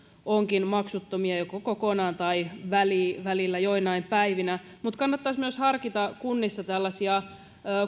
ovatkin maksuttomia joko kokonaan tai välillä välillä joinain päivinä mutta kannattaisi harkita myös kunnissa tällaisia